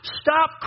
stop